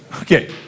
Okay